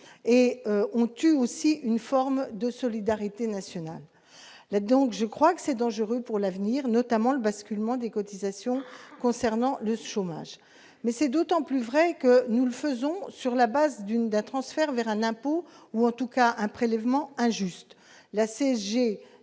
et on tue aussi une forme de solidarité nationale là donc je crois que c'est dangereux pour l'avenir, notamment le basculement des cotisations concernant le chômage, mais c'est d'autant plus vrai que nous le faisons sur la base d'une d'un transfert vers un impôt ou en tout cas un prélèvement injuste